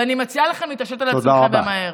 ואני מציעה לכם להתעשת על עצמכם ומהר.